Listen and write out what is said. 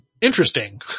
interesting